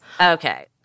Okay